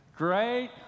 great